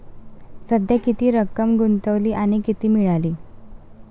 सध्या किती रक्कम गुंतवली आणि किती मिळाली